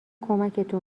کمکتون